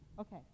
Okay